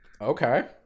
Okay